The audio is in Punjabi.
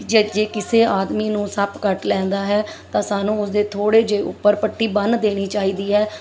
ਜ ਜੇ ਕਿਸੇ ਆਦਮੀ ਨੂੰ ਸੱਪ ਕੱਟ ਲੈਂਦਾ ਹੈ ਤਾਂ ਸਾਨੂੰ ਉਸਦੇ ਥੋੜ੍ਹੇ ਜਿਹੇ ਉੱਪਰ ਪੱਟੀ ਬੰਨ੍ਹ ਦੇਣੀ ਚਾਹੀਦੀ ਹੈ